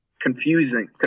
confusing –